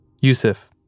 Yusuf